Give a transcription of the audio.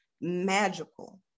magical